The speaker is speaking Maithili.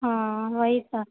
ओ ओएह तऽ